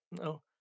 No